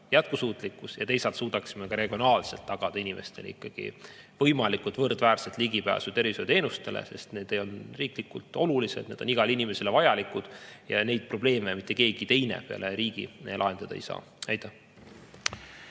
jätkusuutlikkuse ja teisalt suudaksime regionaalselt tagada inimestele ikkagi võimalikult võrdväärse ligipääsu tervishoiuteenustele, sest need on riiklikult olulised, need on igale inimesele vajalikud. Neid probleeme mitte keegi teine peale riigi lahendada ei saa. Aitäh!